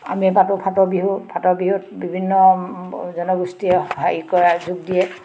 আমি পাতোঁ ফাট বিহু ফাট বিহুত বিভিন্ন জনগোষ্ঠীয়ে হেৰি কৰা যোগ দিয়ে